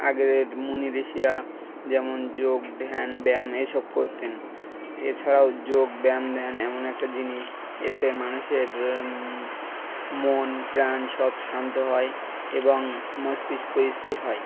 আগেকার মুনি ঋষিরা যেমন যোগ ধ্যান ব্যায়াম এসব করতেন এছাড়াও যোগ ব্যায়াম ধ্যান এমন একটা জিনিস এতে মানুষের মন প্রাণ সব শান্ত হয় এবং মস্তিষ্ক স্থির হয়